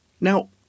Now